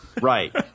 Right